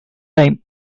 time